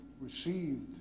received